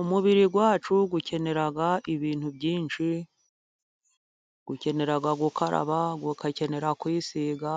Umubiri wacu ukenera ibintu byinshi, ukenera gukaraba ugakenera kwisiga,